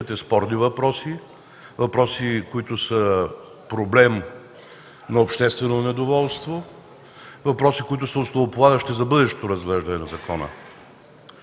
спорни въпроси, въпроси, които са проблем на обществено недоволство, въпроси, които са основополагащи за бъдещото разглеждане на закона,